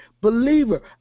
believer